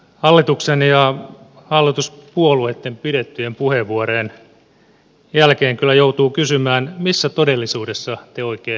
hallituksen ja hallituspuolueitten pidettyjen puheenvuorojen jälkeen kyllä joutuu kysymään missä todellisuudessa te oikein elätte